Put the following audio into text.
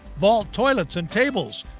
vault toilets, and tables,